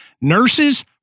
nurses